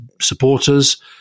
supporters